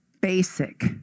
Basic